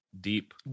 deep